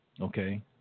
okay